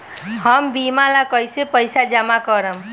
हम बीमा ला कईसे पईसा जमा करम?